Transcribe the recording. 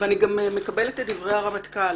אני מקבלת את דברי הרמטכ"ל